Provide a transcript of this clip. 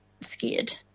scared